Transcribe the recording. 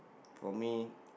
for me